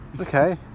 Okay